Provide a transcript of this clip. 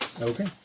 Okay